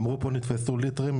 אמרו פה, נתפסו ליטרים.